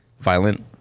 violent